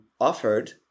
offered